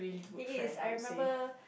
he is I remember